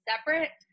separate